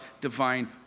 divine